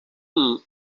amb